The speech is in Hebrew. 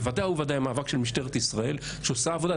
בוודאי ובוודאי מאבק של משטרת ישראל שעושה עבודה.